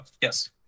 yes